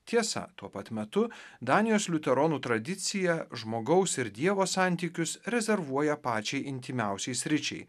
tiesa tuo pat metu danijos liuteronų tradicija žmogaus ir dievo santykius rezervuoja pačiai intymiausiai sričiai